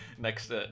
next